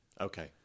Okay